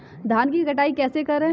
धान की कटाई कैसे करें?